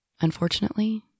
Unfortunately